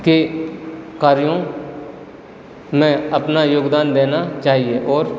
के कार्यों में अपना योगदान देना चाहिए और